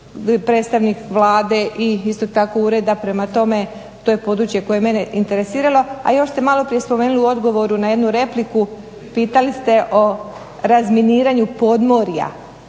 predstavnik Vlade i isto tako ureda prema tome to je područje koje je mene interesiralo. A još ste malo prije spomenuli u odgovoru na jednu repliku, pitali ste o razminiranju podmorja,